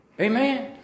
Amen